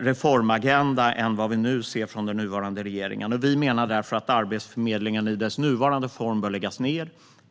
reformagenda än vi nu ser från den nuvarande regeringen. Vi menar därför att Arbetsförmedlingen i dess nuvarande form bör läggas ned.